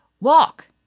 Walk